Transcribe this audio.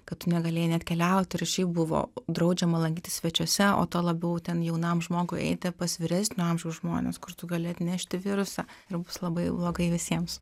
kad tu negalėjai net keliauti ir šiaip buvo draudžiama lankytis svečiuose o tuo labiau ten jaunam žmogui eiti pas vyresnio amžiaus žmones kur tu gali atnešti virusą ir bus labai blogai visiems